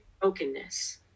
brokenness